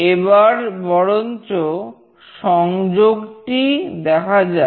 এবার বরঞ্চ সংযোগটি দেখা যাক